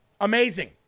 Amazing